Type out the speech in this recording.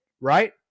right